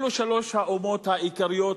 אלו שלוש האומות העיקריות